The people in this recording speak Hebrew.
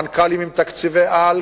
מנכ"לים עם תקציבי-על,